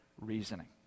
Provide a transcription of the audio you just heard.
reasoning